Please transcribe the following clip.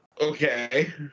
Okay